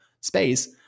space